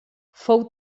fou